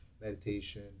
meditation